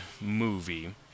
movie